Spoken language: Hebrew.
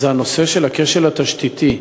יש הנושא של הכשל התשתיתי.